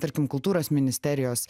tarkim kultūros ministerijos